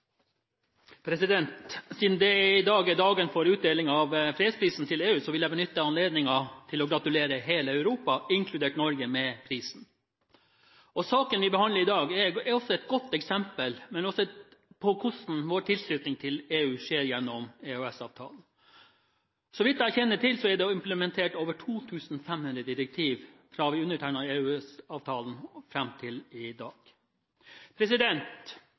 vedteke. Siden det i dag er utdeling av fredsprisen til EU, vil jeg benytte anledningen til å gratulere hele Europa, inkludert Norge, med prisen. Den ene saken vi behandler i dag, er et godt eksempel på hvordan vår tilslutning til EU skjer gjennom EØS-avtalen. Så vidt jeg kjenner til, er det implementert over 2 500 direktiver fra vi undertegnet EØS-avtalen og fram til i